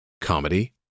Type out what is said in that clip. comedy